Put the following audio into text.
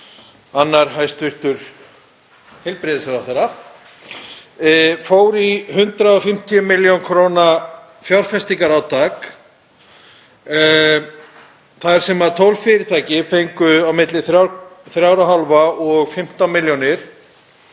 annar hæstv. heilbrigðisráðherra, fór í 150 millj. kr. fjárfestingarátak þar sem 12 fyrirtæki fengu á milli 3,5 og 15 milljónir